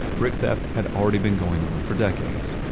brick theft had already been going on for decades.